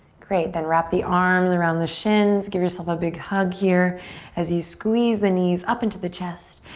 great, then wrap the arms around the shins. give yourself a big hug here as you squeeze the knees up into the chest.